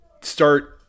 start